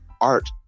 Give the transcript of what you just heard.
art